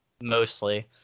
mostly